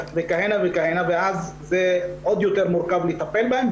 וכהנה וכהנה ואז זה עוד יותר מורכב לטפל בהם,